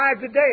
today